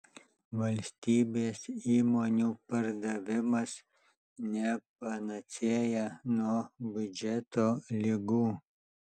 valstybės įmonių pardavimas ne panacėja nuo biudžeto ligų